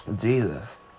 Jesus